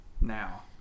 now